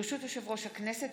ברשות יושב-ראש הכנסת,